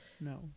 no